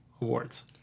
awards